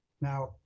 Now